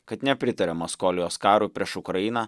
kad nepritaria maskolijos karui prieš ukrainą